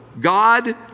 God